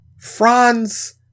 Franz